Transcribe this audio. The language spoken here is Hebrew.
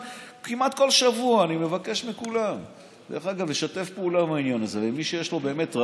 בגלל שאני אומרת לך שקבינט הקורונה יקבל את מה שאמרתי פה,